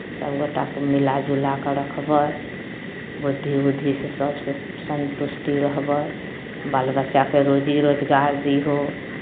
सभ गोटाके मिलाजुला कऽ रखबै बुद्धि उद्धिसँ सभसँ सन्तुष्टि रहबै बाल बच्चाकेँ रोजी रोजगार दीहऽ